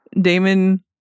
Damon